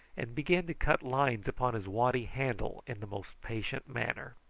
and began to cut lines upon his waddy handle in the most patient manner.